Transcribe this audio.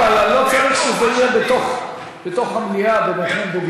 לא, אבל לא צריך שזה יהיה בתוך המליאה בוויכוח.